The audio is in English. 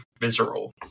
visceral